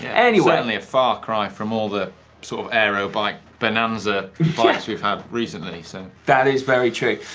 anyway certainly a far cry from all the sort of aero-bike bonanza bikes we've had recently, so. that is very true.